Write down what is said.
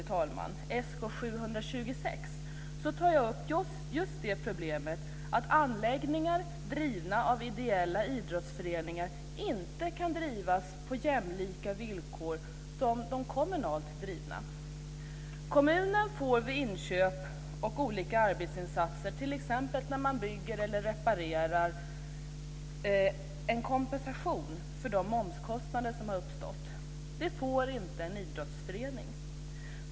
I min motion Sk726 tar jag upp det problemet att anläggningar drivna av ideella idrottsföreningar inte kan förvaltas på villkor jämlika med dem som gäller för kommunalt drivna. Kommunen får vid inköp och olika arbetsinsatser, t.ex. när man bygger eller reparerar, en kompensation för de momskostnader som uppstår. Det får inte en idrottsförening.